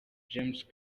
james